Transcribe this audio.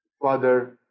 Father